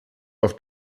auf